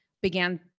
began